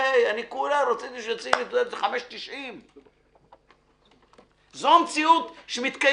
היי, זה כולה 5.90. זו המציאות שמתקיימת.